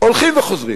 הולכים וחוזרים